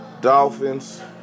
Dolphins